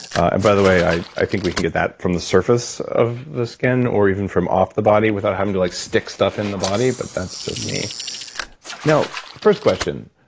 and by the way, i i think we can get that from the surface of the skin, or even from off the body without having to like stick stuff in the body, but that's just me now, first question,